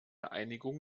einigung